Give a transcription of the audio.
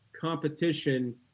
competition